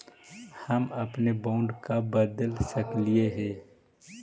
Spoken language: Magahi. हम अपने बॉन्ड कब बदले सकलियई हे